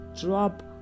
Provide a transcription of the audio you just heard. drop